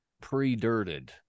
pre-dirted